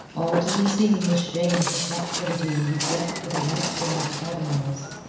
all to be seen was shame for captivity and regret for the right to antagonize.